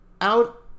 out